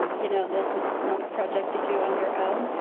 you know, this is not a project you do on your own